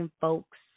folks